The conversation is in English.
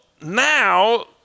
now